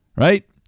Right